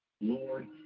lord